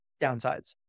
downsides